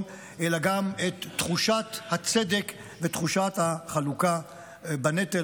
אלא גם את תחושת הצדק ותחושת החלוקה של הנטל.